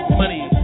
money